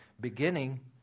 beginning